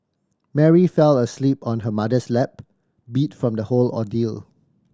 Mary fell asleep on her mother's lap beat from the whole ordeal